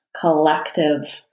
collective